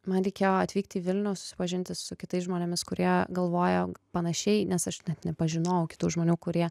man reikėjo atvykt į vilnių susipažinti su kitais žmonėmis kurie galvojo panašiai nes aš net nepažinojau kitų žmonių kurie